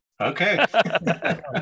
Okay